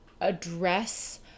address